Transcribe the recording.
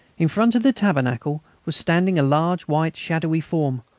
in front of the tabernacle was standing a large white shadowy form,